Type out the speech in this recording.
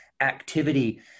activity